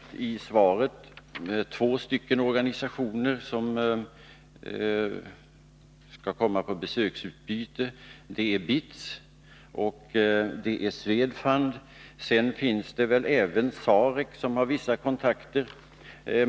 I svaret nämns två organisationer med vilka det skall ske besöksutbyte — det är BITS och Swedfund. Sedan finns väl även SAREC, som har vissa kontakter.